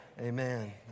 amen